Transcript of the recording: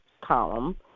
column